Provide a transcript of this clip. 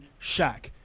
Shaq